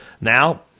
Now